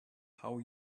how